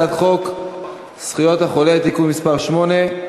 הצעת חוק זכויות החולה (תיקון מס' 8),